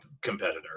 competitor